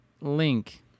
Link